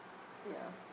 ya